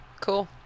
Cool